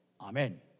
Amen